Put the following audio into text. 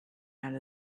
out